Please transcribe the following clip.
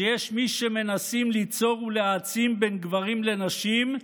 שיש מי שמנסים ליצור ולהעצים, בין גברים לנשים,